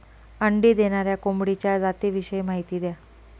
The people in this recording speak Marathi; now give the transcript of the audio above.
अंडी देणाऱ्या कोंबडीच्या जातिविषयी माहिती द्या